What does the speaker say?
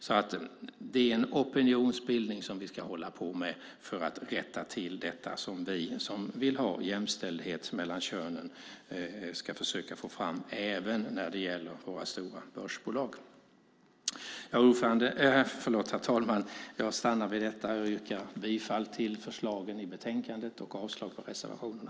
Det är opinionsbildning som vi ska hålla på med för att rätta till detta. Det ska vi som vill ha jämställdhet mellan könen försöka få fram även i våra stora börsbolag. Herr talman! Jag stannar vid detta och yrkar bifall till förslagen i betänkandet och avslag på reservationerna.